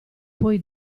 poi